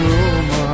Roma